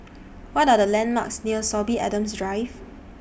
What Are The landmarks near Sorby Adams Drive